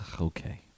Okay